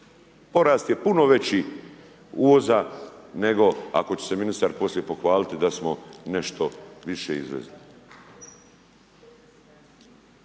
porast je puno veći uvoza nego ako će se ministar poslije pohvaliti, da smo nešto više izvezli.